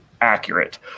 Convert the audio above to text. accurate